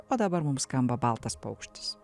o dabar mum skamba baltas paukštis